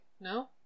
no